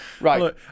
Right